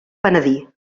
penedir